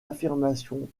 affirmation